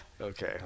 Okay